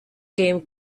came